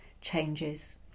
changes